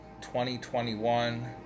2021